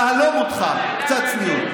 תהלום אותך קצת צניעות.